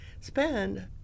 spend